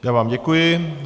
Já vám děkuji.